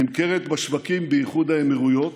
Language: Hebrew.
נמכרת בשווקים באיחוד האמירויות.